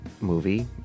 movie